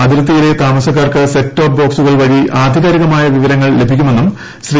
അതിർത്തിയിലെ താമസക്കിർക്ക് set top ബോക്സുകൾ വഴി ആധികാരികമായ വിവര്ങ്ങൾ ലഭിക്കുമെന്നും ശ്രീ